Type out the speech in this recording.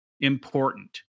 important